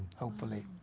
hopefully.